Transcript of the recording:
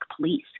Police